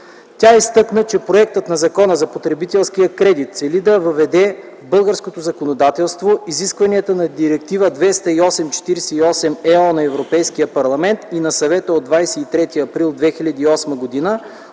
Тя изтъкна, че Законопроектът за потребителския кредит цели да въведе в българското законодателство изискванията на Директива 2008/48/ЕО на Европейския парламент и на Съвета от 23 април 2008 г.